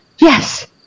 yes